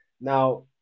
now